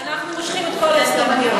אנחנו מושכים את כל ההסתייגויות.